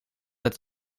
het